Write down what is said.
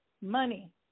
money